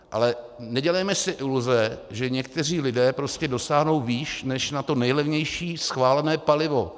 Ale nedělejme si iluze, že někteří lidé dosáhnou výš než na to nejlevnější schválené palivo.